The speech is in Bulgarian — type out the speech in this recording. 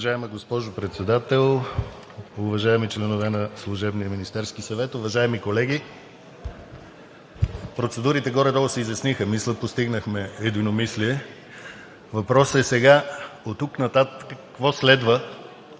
Уважаема госпожо Председател, уважаеми членове на служебния Министерски съвет, уважаеми колеги! Процедурите горе-долу се изясниха. Мисля, постигнахме единомислие. Въпросът е: сега оттук нататък какво следва